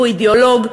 הוא אידיאולוג,